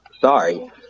Sorry